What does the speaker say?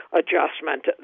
adjustment